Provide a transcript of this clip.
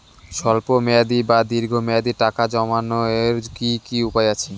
স্বল্প মেয়াদি বা দীর্ঘ মেয়াদি টাকা জমানোর কি কি উপায় আছে?